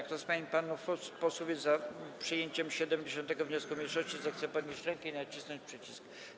Kto z pań i panów posłów jest za przyjęciem 70. wniosku mniejszości, zechce podnieść rękę i nacisnąć przycisk.